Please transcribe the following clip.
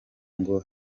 ngo